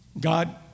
God